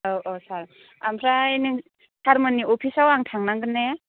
औ औ सार ओमफ्राय नों सारमोननि अफिसाव आं थांनांगोन ने